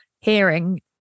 hearing